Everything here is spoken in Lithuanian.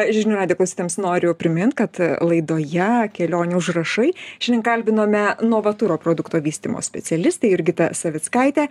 žinių radijo klausytojams noriu primint kad laidoje kelionių užrašai šiandien kalbinome novaturo produkto vystymo specialistę jurgitą savickaitę